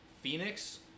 Phoenix